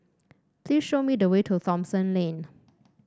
please show me the way to Thomson Lane